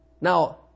Now